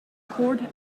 cord